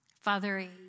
Father